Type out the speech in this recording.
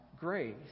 grace